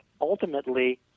ultimately